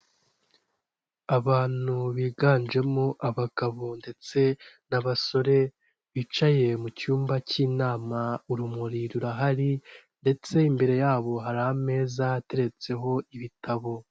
Abantu biganjemo abagabo ndetse n'abasore bicaye mu cyumba cy'inama urumuri rurahari ndetse imbere yabo hari ameza ateretseho ibitabo.